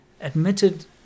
admitted